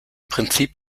prinzip